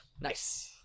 Nice